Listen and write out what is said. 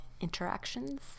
interactions